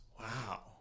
Wow